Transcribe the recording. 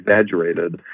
exaggerated